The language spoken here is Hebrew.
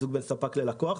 מיזוג בין ספק ללקוח,